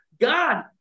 God